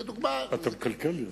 לדוגמה, אתה מקלקל לי.